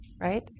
right